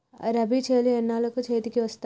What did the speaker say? రబీ చేలు ఎన్నాళ్ళకు చేతికి వస్తాయి?